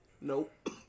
Nope